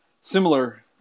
similar